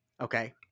Okay